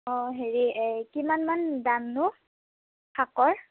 অঁ হেৰি এই কিমান মান দামনো শাকৰ